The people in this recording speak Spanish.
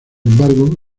embargo